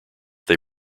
they